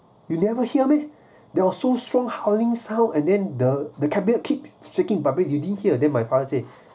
you never hear meh there also so strong howling sound and then the the cabinet keep seeking pub~ you didn't hear then my father say